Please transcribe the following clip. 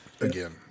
Again